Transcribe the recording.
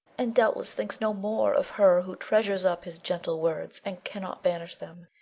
and doubtless thinks no more of her who treasures up his gentle words, and cannot banish them,